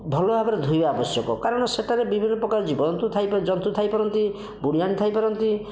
ଭଲ ଭାବରେ ଧୋଇବା ଆବଶ୍ୟକ କାରଣ ସେହିଟାରେ ବିଭିନ୍ନ ପ୍ରକାର ଜୀବ ଜନ୍ତୁ ଜନ୍ତୁ ଥାଇ ପାରନ୍ତି ବୁଢ଼ିଆଣୀ ଥାଇ ପାରନ୍ତି